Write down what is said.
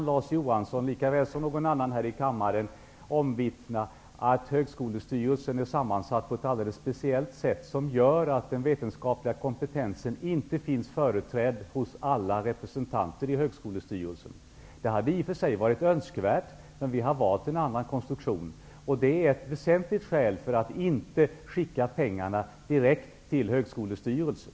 Larz Johansson kan likaväl som någon annan här i kammaren omvittna att högskolestyrelsen är sammansatt på ett alldeles speciellt sätt, som gör att den vetenskapliga kompetensen inte finns företrädd hos alla representanter i högskolestyrelsen. Det hade varit önskvärt, men vi har valt en annan konstruktion. Detta är ett väsentligt skäl för att inte skicka pengarna direkt till högskolestyrelsen.